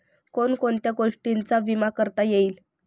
कोण कोणत्या गोष्टींचा विमा करता येईल?